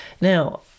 Now